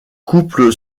couple